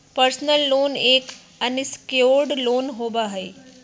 personal loan एक unsecured loan होबा हई